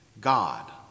God